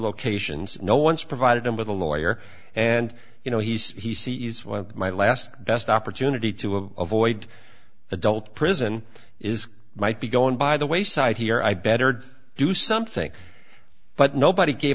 locations no once provided him with a lawyer and you know he sees what my last best opportunity to a void adult prison is might be gone by the wayside here i better do something but nobody gave